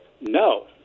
no